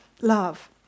love